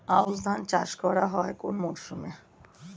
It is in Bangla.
আউশ ধান চাষ করা হয় কোন মরশুমে?